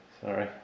Sorry